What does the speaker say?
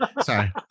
Sorry